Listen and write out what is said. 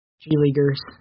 G-Leaguers